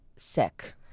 sick